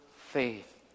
faith